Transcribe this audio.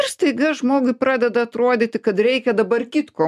ir staiga žmogui pradeda atrodyti kad reikia dabar kitko